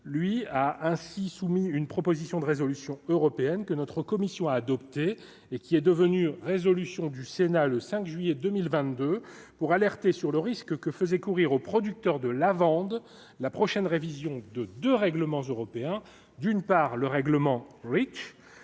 lui, a ainsi soumis une proposition de résolution européenne que notre commission a adopté et qui est devenu résolution du Sénat le 5 juillet 2022 pour alerter sur le risque que faisait courir aux producteurs de lavande, la prochaine révision de de règlements européens d'une part le règlement Reach